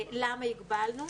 למה הגבלנו?